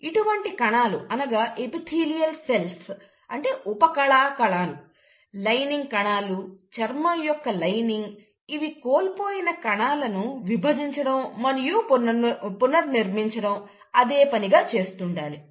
ఇటువంటి కణాలు అనగా ఎపిథీలియల్ కణాలు ఉప కళా కణాలు లైనింగ్ కణాలు చర్మం యొక్క లైనింగ్ ఇవి కోల్పోయిన కణాలను విభజించడం మరియు పునర్నిర్మించడం అదేపనిగా చేస్తుండాలి